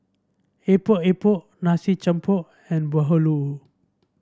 Epok Epok nasi jampur and bahulu